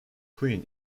queen